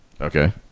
Okay